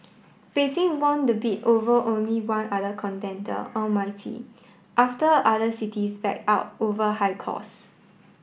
Beijing won the bid over only one other contender Almaty after other cities backed out over high cause